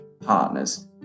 partners